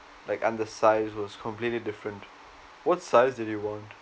like and the size was completely different what size that you want